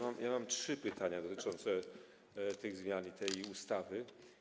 Mam trzy pytania dotyczące tych zmian i tej ustawy.